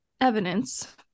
evidence